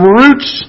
roots